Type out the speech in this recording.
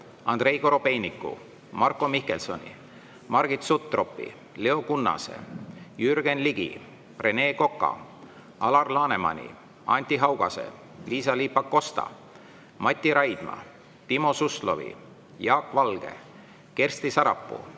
Andrei Korobeiniku, Marko Mihkelsoni, Margit Sutropi, Leo Kunnase, Jürgen Ligi, Rene Koka, Alar Lanemani, Anti Haugase, Liisa-Ly Pakosta, Mati Raidma, Timo Suslovi, Jaak Valge, Kersti Sarapuu,